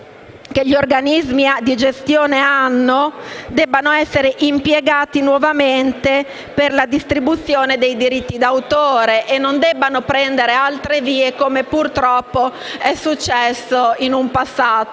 degli organismi di gestione debbano essere impiegati nuovamente per la distribuzione dei diritti d'autore e non debbano prendere altre vie, come purtroppo è successo in un passato